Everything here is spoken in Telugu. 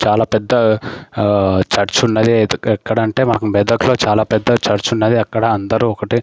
చాలా పెద్ద చర్చి ఉన్నది ఎక్కడ అంటే మెదక్లో చాలా పెద్ద చర్చి ఉన్నది అక్కడ అందరూ ఒకటే